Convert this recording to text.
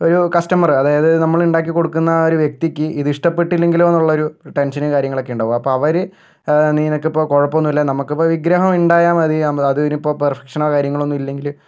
ഒരു കസ്റ്റമർ അതായത് നമ്മള് ഉണ്ടാക്കി കൊടുക്കുന്ന ആ ഒരു വ്യക്തിക്ക് ഇത് ഇഷ്ടപ്പെട്ടില്ലെങ്കിലോ എന്നുള്ളൊരു ടെൻഷനും കാര്യങ്ങളുമൊക്കെ ഉണ്ടാകും അപ്പോൾ അവര് നിനക്കിപ്പോൾ കുഴപ്പമൊന്നുമില്ല നമുക്കിപ്പോൾ വിഗ്രഹം ഉണ്ടായാൽ മതി അതിനിപ്പോൾ പെർഫെക്ഷനോ കാര്യങ്ങളോ ഒന്നും ഇല്ലെങ്കിൽ